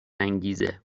انگیزه